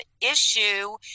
issue